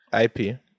IP